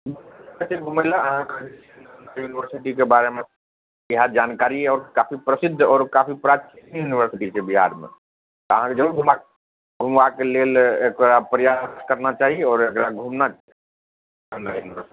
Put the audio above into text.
एते घुमय लए अहाँक यूनिवर्सिटीके बारेमे इएह जानकारी आओर काफी प्रसिद्ध आओर काफी प्राचीन यूनिवर्सिटी छै बिहारमे अहाँके जरूर घुमाक घुमबाके लेल एकरा प्रयास करना चाही आओर एकरा घुमना